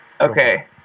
Okay